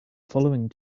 following